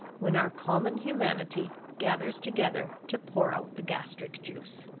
when our common humanity gathers together to pour out the gastric juice!